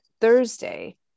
Thursday